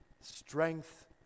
strength